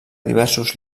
diversos